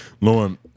Lauren